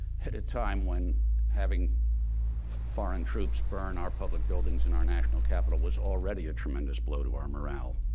at a time when having foreign troops burn our public buildings and our national capital was already a tremendous blow to our morale.